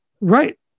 Right